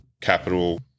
capital